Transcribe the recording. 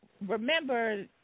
remember